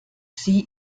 sie